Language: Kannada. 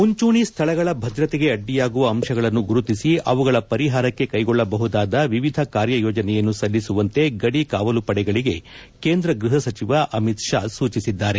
ಮುಂಚೂಣಿ ಸ್ಥಳಗಳ ಭದ್ರತೆಗೆ ಅಡ್ಡಿಯಾಗುವ ಅಂಶಗಳನ್ನು ಗುರುತಿಸಿ ಅವುಗಳ ಪರಿಹಾರಕ್ಕೆ ಕೈಗೊಳ್ಳಬಹುದಾದ ವಿವಿಧ ಕಾರ್ಯ ಯೋಜನೆಯನ್ನು ಸಲ್ಲಿಸುವಂತೆ ಗಡಿ ಕಾವಲು ಪಡೆಗಳಿಗೆ ಕೇಂದ್ರ ಗೃಹ ಸಚಿವ ಅಮಿತ್ ಶಾ ಸೂಚಿಸಿದ್ದಾರೆ